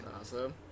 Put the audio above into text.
awesome